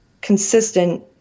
consistent